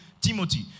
Timothy